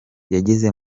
yageze